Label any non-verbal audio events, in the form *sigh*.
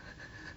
*breath*